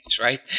right